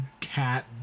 cat